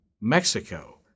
Mexico